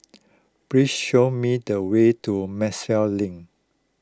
please show me the way to Maxwell Link